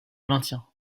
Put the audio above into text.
maintien